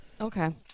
Okay